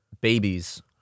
babies